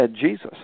Jesus